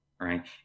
right